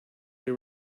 they